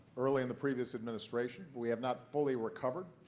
early in the previous administration. we have not fully recovered.